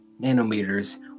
nanometers